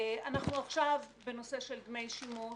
אנחנו עכשיו בנושא של דמי שימוש.